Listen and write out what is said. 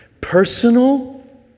Personal